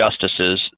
justices